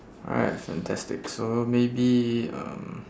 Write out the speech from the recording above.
alright fantastic so maybe um